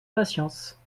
patience